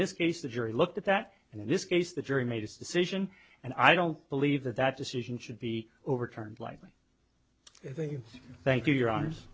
this case the jury looked at that and in this case the jury made its decision and i don't believe that that decision should be overturned like thank you your arms